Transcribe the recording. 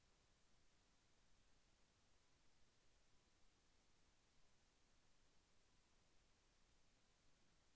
ఒక్క మహీంద్రా ట్రాక్టర్కి లోనును యెంత ఇస్తారు? ఎన్ని ఎకరాలు ఉండాలి?